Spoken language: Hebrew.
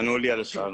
ענו לי על השאלה.